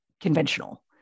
conventional